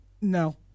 No